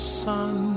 sun